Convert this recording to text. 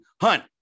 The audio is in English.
Hunt